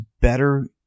better